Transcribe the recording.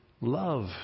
Love